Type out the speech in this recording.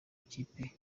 ikipe